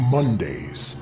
Mondays